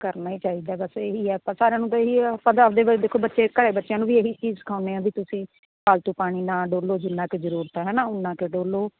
ਕਰਨਾ ਹੀ ਚਾਹੀਦਾ ਬਸ ਇਹੀ ਹੈ ਆਪਾਂ ਸਾਰਿਆਂ ਨੂੰ ਤਾਂ ਇਹੀ ਹੈ ਆਪਾਂ ਤਾਂ ਆਪਣੇ ਬਾਰੇ ਦੇਖੋ ਬੱਚੇ ਘਰ ਬੱਚਿਆਂ ਨੂੰ ਵੀ ਇਹੀ ਚੀਜ਼ ਸਿਖਾਉਂਦੇ ਹਾਂ ਵੀ ਤੁਸੀਂ ਫਾਲਤੂ ਪਾਣੀ ਨਾ ਡੋਲ੍ਹੋ ਜਿੰਨਾ ਕੁ ਜ਼ਰੂਰਤ ਹੈ ਹੈ ਨਾ ਉਨਾ ਕੁ ਡੋਲ੍ਹੋ